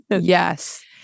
yes